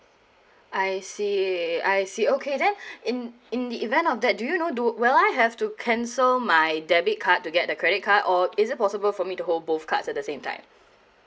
I see I see okay then in in the event of that do you know do well I have to cancel my debit card to get the credit card or is it possible for me to hold both cards at the same time